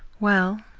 well,